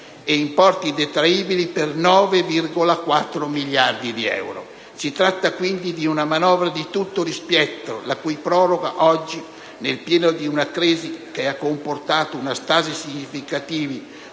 e importi detraibili per 9,4 miliardi di euro. Si tratta quindi di una manovra di tutto rispetto, la cui proroga oggi, nel pieno di una crisi che ha comportato una stasi significativa